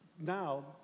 Now